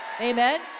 Amen